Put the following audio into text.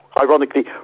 ironically